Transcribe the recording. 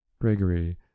Gregory